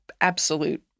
absolute